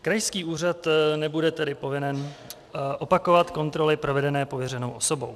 Krajský úřad nebude tedy povinen opakovat kontroly provedené pověřenou osobou.